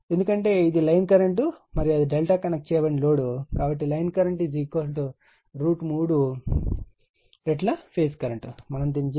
ఎందుకంటే ఇది line current మరియు అది ∆ కనెక్ట్ చేయబడిన లోడ్ కాబట్టి లైన్ కరెంట్ 3 రెట్లు ఫేజ్ కరెంట్ మనము దీనిని చేసాము మరియు IL 3 Ip